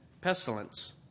pestilence